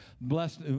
blessed